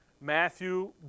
Matthew